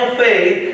faith